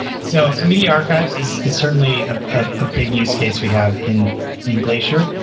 so so media archives is is certainly a ah big use case we have in in glacier.